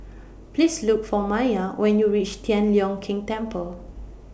Please Look For Maia when YOU REACH Tian Leong Keng Temple